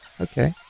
okay